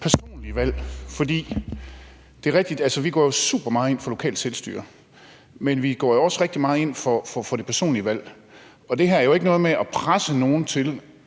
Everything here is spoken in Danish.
er rigtigt, at vi går super meget ind for lokalt selvstyre, men vi går jo også rigtig meget ind for det personlige valg. Og det her er jo ikke noget med at presse nogen til